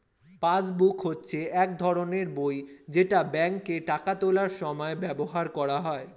passbook হচ্ছে এক ধরনের বই যেটা ব্যাংকে টাকা তোলার সময় ব্যবহার করা হয়